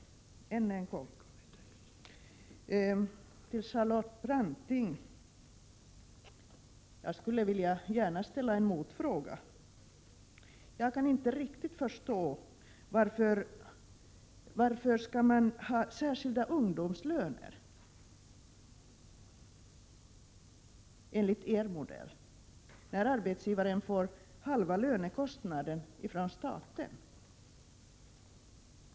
Till Charlotte Branting: Jag skulle gärna vilja ställa en motfråga, eftersom jag inte riktigt kan förstå varför man enligt er modell skall ha särskilda ungdomslöner, när arbetsgivaren får halva lönekostnaden från staten.